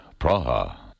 Praha